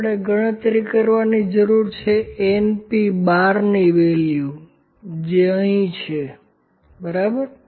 આપણે ગણતરી કરવાની જરૂર છે np¯ ની વેલ્યુ જે અહીં છે બરાબર છે